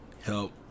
help